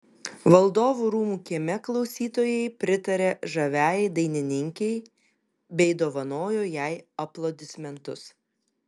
valdovų rūmų kieme klausytojai pritarė žaviajai dainininkei bei dovanojo jai aplodismentus